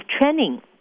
training